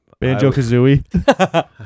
Banjo-Kazooie